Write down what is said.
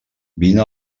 vine